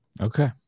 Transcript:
Okay